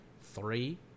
three